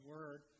Word